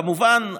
כמובן,